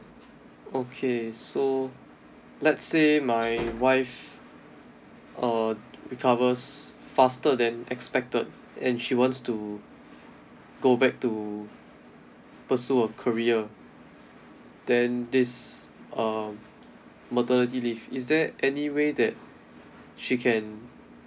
okay so let's say my wife uh recovers faster than expected and she wants to go back to pursue her career then this um maternity leave is there any way that she can